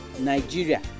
Nigeria